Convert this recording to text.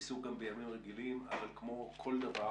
ועיסוק גם בימים רגילים, כשהוא עוד יותר